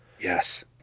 Yes